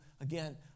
again